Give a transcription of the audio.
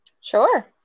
Sure